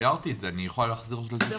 תיארתי את זה, אני יכול לחזור על זה שוב.